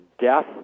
death